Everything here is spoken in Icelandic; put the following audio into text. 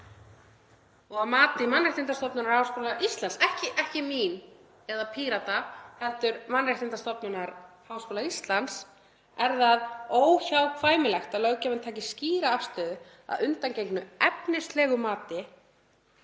Að mati Mannréttindastofnunar Háskóla Íslands, ekki mín eða Pírata heldur Mannréttindastofnunar Háskóla Íslands, er það óhjákvæmilegt að löggjafinn taki skýra afstöðu að undangengnu efnislegu mati